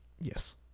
Yes